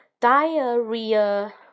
Diarrhea